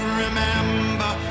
remember